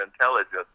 intelligence